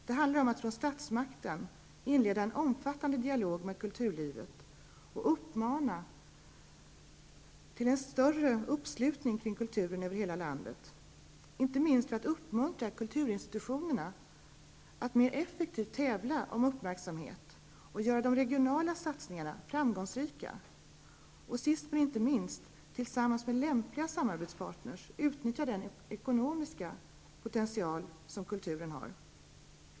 Det handlar om att från statsmakten inleda en omfattande dialog med kulturlivet och uppmana till en större uppslutning kring kulturen över hela landet, inte minst för att uppmuntra kulturinstitutionerna att mer effektivt tävla om uppmärksamhet och göra de regionala satsningarna framgångsrika och, sist men inte minst, tillsammans med lämpliga samarbetspartner utnyttja den ekonomiska potential som kulturen har.